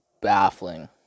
baffling